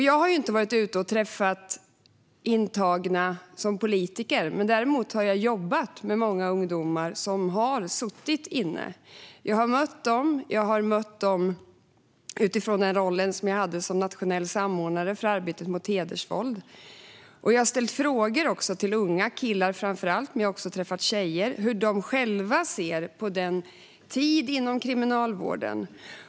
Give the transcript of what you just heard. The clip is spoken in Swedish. Jag har inte under min tid som politiker träffat intagna, men jag har däremot jobbat med många ungdomar som har suttit inne. Jag har mött dem utifrån den roll jag hade i mitt arbete som nationell samordnare mot hedersrelaterat våld. Jag har ställt frågor till framför allt unga killar och även tjejer hur de själva ser på den tid de har tillbringat i Kriminalvården.